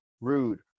Rude